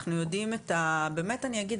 אנחנו יודעים באמת אני אגיד,